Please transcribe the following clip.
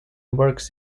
works